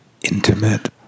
intimate